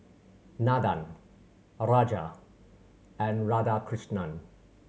Nandan a Raja and Radhakrishnan